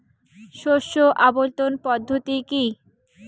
শস্য আবর্তন পদ্ধতি কি?